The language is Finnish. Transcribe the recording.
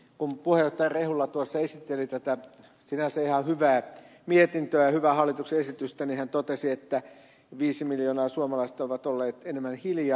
kun puheenjohtaja rehula tuossa esitteli tätä sinänsä ihan hyvää mietintöä hyvää hallituksen esitystä niin hän totesi että viisi miljoonaa suomalaista ovat olleet enemmän hiljaa